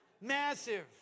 Massive